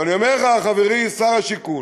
ואני אומר לך, חברי שר הבינוי והשיכון: